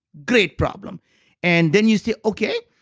great problem and then you say, okay,